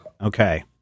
Okay